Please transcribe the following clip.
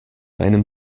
einem